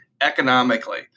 economically